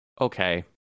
Okay